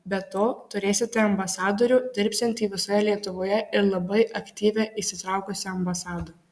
be to turėsite ambasadorių dirbsiantį visoje lietuvoje ir labai aktyvią įsitraukusią ambasadą